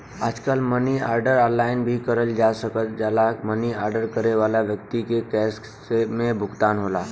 आजकल money order online भी करल जा सकल जाला मनी आर्डर करे वाले व्यक्ति के कैश में भुगतान होला